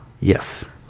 Yes